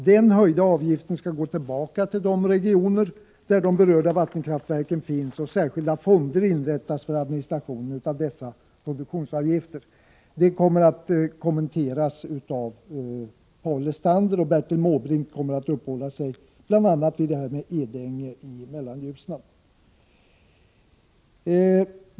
Den höjda avgiften skall gå tillbaka till de regioner där de berörda vattenkraftverken finns, och särskilda fonder skall inrättas för dessa produktionsavgifter. Paul Lestander kommer att kommentera detta, medan Bertil Måbrink kommer att uppehålla sig vid bl.a. Edänge i Mellanljusnan.